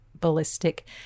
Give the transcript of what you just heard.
ballistic